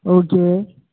okay